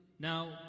Now